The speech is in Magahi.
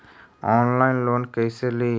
ऑनलाइन लोन कैसे ली?